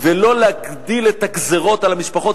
ולא להגדיל את הגזירות על המשפחות